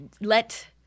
let